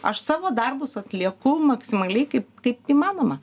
aš savo darbus atlieku maksimaliai kaip kaip įmanoma